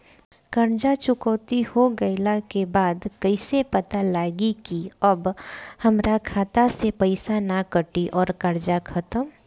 कर्जा चुकौती हो गइला के बाद कइसे पता लागी की अब हमरा खाता से पईसा ना कटी और कर्जा खत्म?